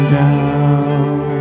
down